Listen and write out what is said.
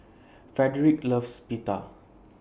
Frederick loves Pita